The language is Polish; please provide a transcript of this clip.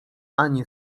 ani